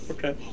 Okay